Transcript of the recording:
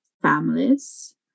families